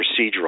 procedural